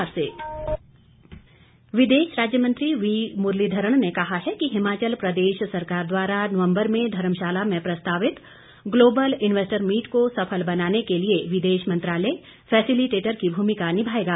डुन्वेस्टर meet विदेश राज्य मंत्री वी मुरलीधरण ने कहा है कि हिमाचल प्रदेश सरकार द्वारा नवम्बर में धर्मशाला में प्रस्तावित ग्लोबल इन्वेस्टर मीट को सफल बनाने के लिए विदेश मंत्रालय फैसिलिटेटर की भूमिका निभाएगा